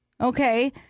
Okay